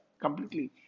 completely